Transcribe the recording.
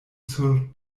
sur